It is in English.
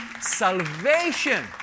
salvation